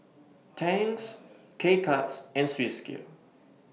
Tangs K Cuts and Swissgear